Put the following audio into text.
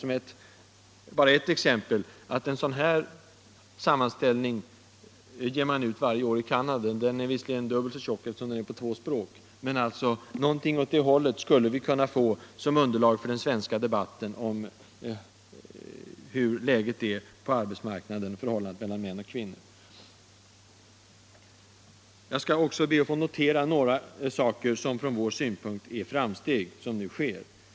Den är visserligen dubbelt så tjock som en svensk motsvarighet skulle behöva vara, eftersom den är på två språk, men något åt det hållet skulle vi behöva som underlag för den svenska debatten om läget på arbetsmarknaden och om förhållandet mellan män och kvinnor. Jag skall be att också få notera några saker, vilka från vår synpunkt är framsteg som nu sker.